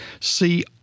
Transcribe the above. see